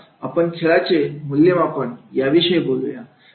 आता आपण खेळाचं मूल्यमापण याविषयी बोलूया